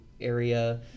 area